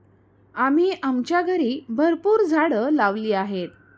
आम्ही आमच्या घरी भरपूर झाडं लावली आहेत